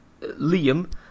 Liam